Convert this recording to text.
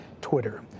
Twitter